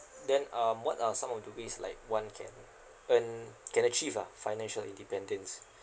then um what are some of the ways like one can earn mm can achieve ah financial independence